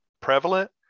prevalent